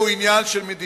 עניין של תפיסה.